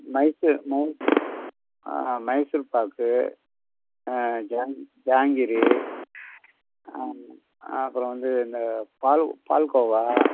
ஆ மைசூர் பாக்கு ஆ ஜாங்கிரி அப்புறம் வந்து இந்த பால் பால்கோவா